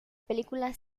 película